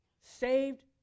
saved